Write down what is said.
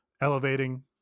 elevating